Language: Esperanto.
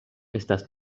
estas